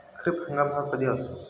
खरीप हंगाम हा कधी असतो?